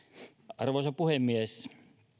arvoisa puhemies